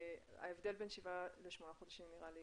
ההבדל בין שבעה לשמונה חודשים נראה לי